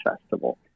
festival